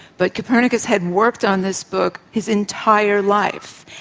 but copernicus had worked on this book his entire life,